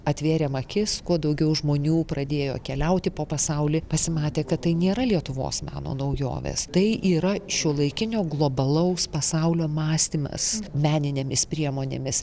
atvėrėm akis kuo daugiau žmonių pradėjo keliauti po pasaulį pasimatė kad tai nėra lietuvos meno naujovės tai yra šiuolaikinio globalaus pasaulio mąstymas meninėmis priemonėmis